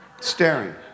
staring